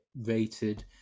rated